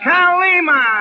Kalima